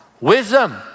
Wisdom